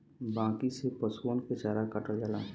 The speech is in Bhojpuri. बांकी से पसुअन के चारा काटल जाला